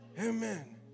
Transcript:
Amen